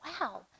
wow